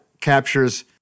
captures